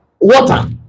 water